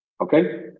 Okay